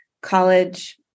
college